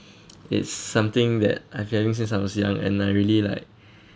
it's something that I've been having since I was young and I really like